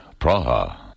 Praha